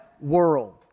world